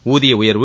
ஊதிய உயர்வு